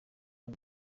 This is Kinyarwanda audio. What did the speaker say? uza